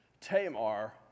Tamar